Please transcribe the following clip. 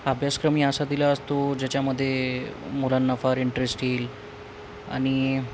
अभ्यासक्रम ही असा दिला असतो ज्याच्यामध्ये मुलांना फार इंटरेस्ट येईल आणि